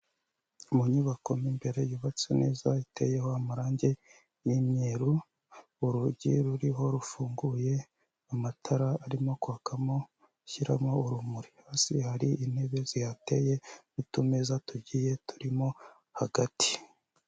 Mu nyubako mo imbere yubatswe neza, iteyeho amarangi y'imyeru, urugi ruriho rufunguye, amatara arimo kwakamo ashyiramo urumuri, hasi hari intebe zihateye n'utumeza tugiye turimo hagati.